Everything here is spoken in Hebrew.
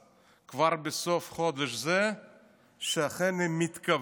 כבר בסוף חודש זה שאכן היא מתכוונת